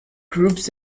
groups